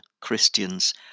Christians